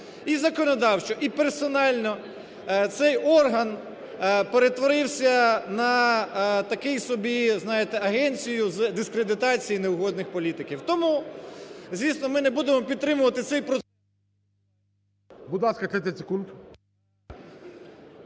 І законодавчо, і персонально цей орган перетворився на такий собі, знаєте, агенцію з дискредитації неугодних політиків. Тому, звісно, ми не будемо підтримувати цей. ГОЛОВУЮЧИЙ. Будь ласка, 30 секунд.